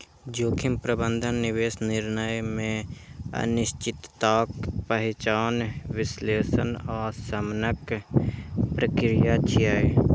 जोखिम प्रबंधन निवेश निर्णय मे अनिश्चितताक पहिचान, विश्लेषण आ शमनक प्रक्रिया छियै